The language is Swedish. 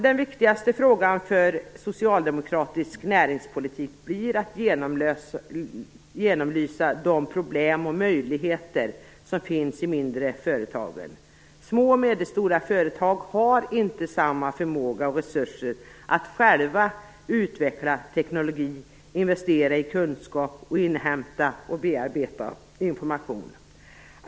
Den viktigaste frågan för socialdemokratisk näringspolitik blir att genomlysa de problem och möjligheter som finns i de mindre företagen. Små och medelstora företag har inte samma förmåga och resurser att själva utveckla teknologi, investera i kunskap samt inhämta och bearbeta information.